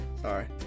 Sorry